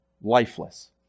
Lifeless